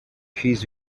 his